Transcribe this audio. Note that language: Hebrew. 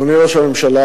אדוני ראש הממשלה,